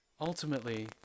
ultimately